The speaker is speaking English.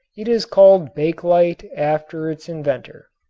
it is called bakelite after its inventor.